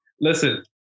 Listen